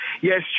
yes